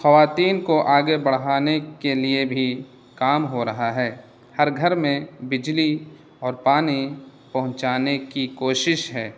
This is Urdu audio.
خواتین کو آگے بڑھانے کے لیے بھی کام ہو رہا ہے ہر گھر میں بجلی اور پانی پہنچانے کی کوشش ہے